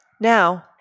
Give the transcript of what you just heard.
now